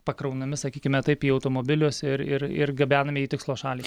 pakraunami sakykime taip į automobilius ir ir ir gabenami į tikslo šalį